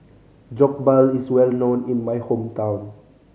jokbal is well known in my hometown